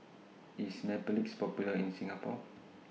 IS Mepilex Popular in Singapore